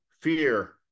fear